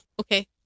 Okay